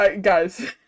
Guys